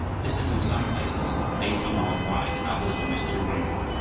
this is in some places eighty miles wide, in others almost two hundred.